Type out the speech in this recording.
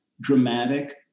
dramatic